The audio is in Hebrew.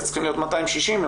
אז צריכים להיות 260 ממונים,